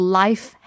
life